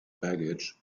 baggage